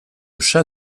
chat